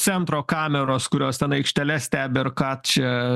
centro kameros kurios ten aikšteles stebi ar ką čia